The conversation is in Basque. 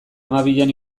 hamabian